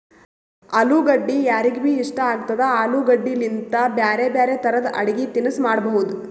ಅಲುಗಡ್ಡಿ ಯಾರಿಗ್ಬಿ ಇಷ್ಟ ಆಗ್ತದ, ಆಲೂಗಡ್ಡಿಲಿಂತ್ ಬ್ಯಾರೆ ಬ್ಯಾರೆ ತರದ್ ಅಡಗಿ ತಿನಸ್ ಮಾಡಬಹುದ್